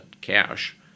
cash